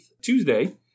Tuesday